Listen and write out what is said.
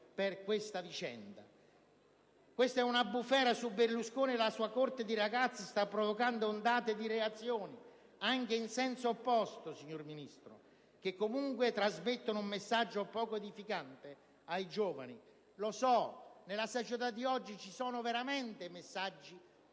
per questa vicenda. Questa bufera su Berlusconi e sulla sua corte di ragazze sta provocando ondate di reazioni, anche in senso opposto, signor Ministro, che comunque trasmettono un messaggio poco edificante ai giovani. Lo so, nella società di oggi ci sono veramente percezioni